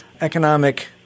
economic